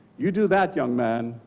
you do that, young man,